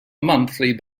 monthly